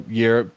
year